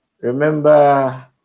remember